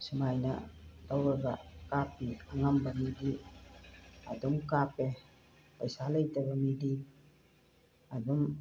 ꯁꯨꯃꯥꯏꯅ ꯇꯧꯔꯒ ꯀꯥꯞꯄꯤ ꯑꯉꯝꯕ ꯃꯤꯗꯤ ꯑꯗꯨꯝ ꯀꯥꯞꯄꯦ ꯄꯩꯁꯥ ꯂꯩꯇꯕ ꯃꯤꯗꯤ ꯑꯗꯨꯝ